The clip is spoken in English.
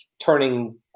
turning